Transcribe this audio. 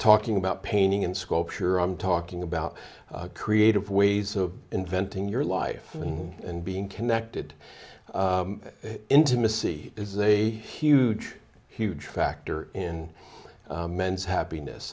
talking about painting and sculpture i'm talking about creative ways of inventing your life and being connected intimacy is a huge huge factor in men's happiness